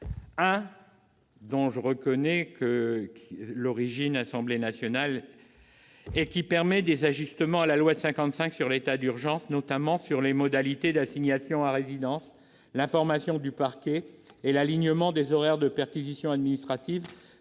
nationale, qui est à l'origine de la première, a proposé des ajustements à la loi de 1955 sur l'état d'urgence, notamment sur les modalités d'assignation à résidence, l'information du parquet et l'alignement des horaires de perquisitions administratives